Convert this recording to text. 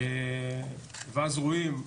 ואז רואים,